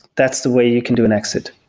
that's the way you can do an exit.